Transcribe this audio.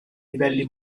livelli